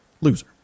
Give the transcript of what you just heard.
loser